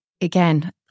again